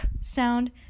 sound